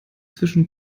zwischen